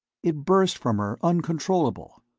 it burst from her, uncontrollable.